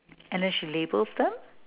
and then she labels them